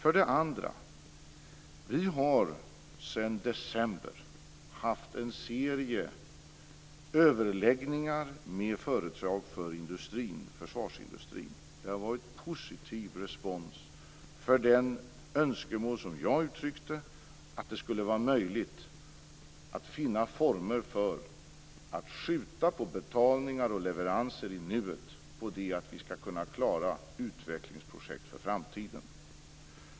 Vi har också sedan december haft en serie överläggningar med företag i försvarsindustrin. Det har varit positiv respons för de önskemål jag uttryckte, att det skall vara möjligt att hitta former för att skjuta på betalningar och leveranser i nuet på det att vi skall kunna klara utvecklingsprojekt i framtiden.